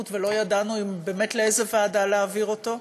ולא ידענו באמת לאיזו ועדה להעביר אותו,